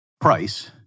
price